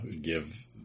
give